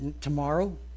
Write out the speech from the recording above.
tomorrow